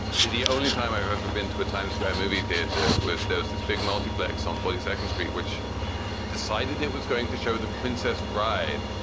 the the only time i've ever been to a time square movie theater was there's this big multiplex on four u s. street which decided it was going to show the princess bride,